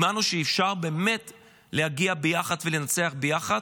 האמנו שאפשר באמת להגיע ביחד ולנצח ביחד,